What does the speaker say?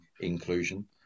inclusion